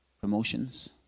promotions